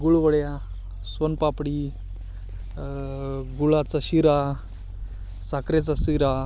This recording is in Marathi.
गूळवड्या सोनपापडी गुळाचा शिरा साखरेचा शिरा